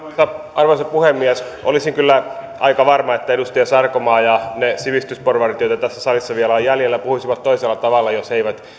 arvoisa puhemies olisin kyllä aika varma että edustaja sarkomaa ja ne sivistysporvarit joita tässä salissa vielä on jäljellä puhuisivat toisella tavalla jos he eivät